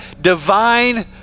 Divine